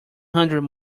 hundred